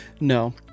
No